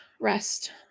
rest